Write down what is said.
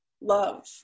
Love